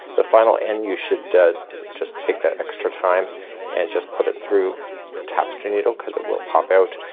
the final end you should just take that extra time and just put it through the tapestry needle because it will pop out.